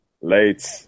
Late